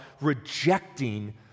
rejecting